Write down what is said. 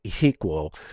equal